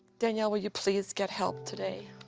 danielle, will you please get help today?